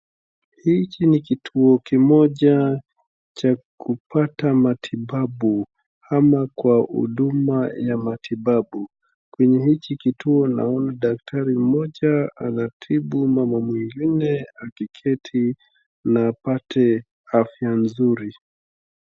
Hiki ni kituo kimoja cha kupata matibabu ama kwa huduma ya matibabu. Kwenye hiki kituo naona daktari mmoja anatibu mama mwingine akiketi na apate afya nzuri.